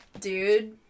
dude